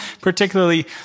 particularly